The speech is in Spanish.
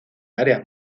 áreas